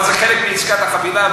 אבל זה חלק מעסקת החבילה,